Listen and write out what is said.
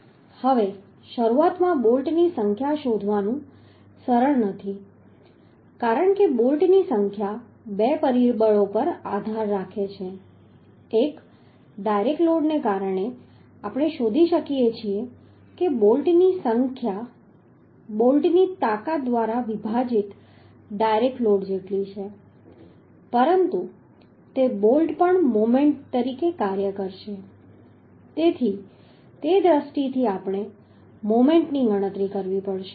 હવે શરૂઆતમાં બોલ્ટની સંખ્યા શોધવાનું સરળ નથી કારણ કે બોલ્ટની સંખ્યા બે પરિબળો પર નિર્ણાયક હશે એક ડાયરેક્ટ લોડને કારણે આપણે શોધી શકીએ છીએ કે બોલ્ટની સંખ્યા બોલ્ટની તાકાત દ્વારા વિભાજિત ડાયરેક્ટ લોડ જેટલી છે પરંતુ તે બોલ્ટ પણ મોમેન્ટ તરીકે કાર્ય કરશે તેથી તે દૃષ્ટિથી પણ આપણે મોમેન્ટની ગણતરી કરવી પડશે